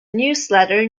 newsletter